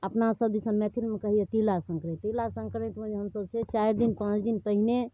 अपनासभ दिस मैथिलमे कहैए तिलासन्क्रान्ति तिलासन्क्रान्तिमे जे हमसभ जे छै चारि दिन पाँच दिन पहिने